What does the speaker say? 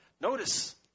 Notice